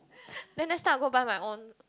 then next time I go buy my own